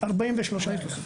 המשלחות.